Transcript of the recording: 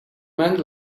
man